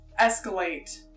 escalate